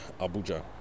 Abuja